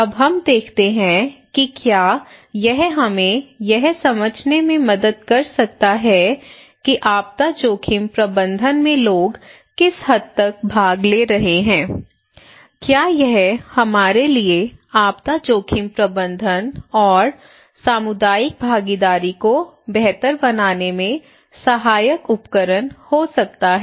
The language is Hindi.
अब हम देखते हैं कि क्या यह हमें यह समझने में मदद कर सकता है कि आपदा जोखिम प्रबंधन में लोग किस हद तक भाग ले रहे हैं क्या यह हमारे लिए आपदा जोखिम प्रबंधन और सामुदायिक भागीदारी को बेहतर बनाने में सहायक उपकरण हो सकता है